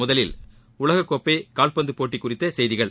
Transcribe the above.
முதலில் உலகக்கோப்பை கால்பந்து போட்டி குறித்த செய்திகள்